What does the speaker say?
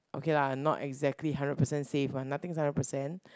okay lah not exactly hundred percent safe one nothing is hundred percent